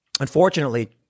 Unfortunately